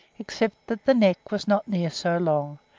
except that the neck was not near so long,